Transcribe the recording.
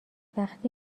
وقتی